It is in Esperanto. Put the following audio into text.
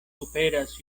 superas